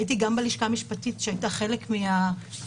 הייתי גם בלשכה המשפטית שהייתה חלק מההליך